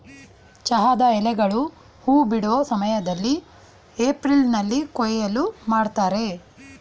ಚಹಾದ ಎಲೆಗಳು ಹೂ ಬಿಡೋ ಸಮಯ್ದಲ್ಲಿ ಏಪ್ರಿಲ್ನಲ್ಲಿ ಕೊಯ್ಲು ಮಾಡ್ತರೆ